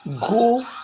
Go